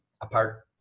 apart